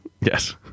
Yes